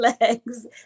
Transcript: legs